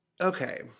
Okay